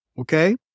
okay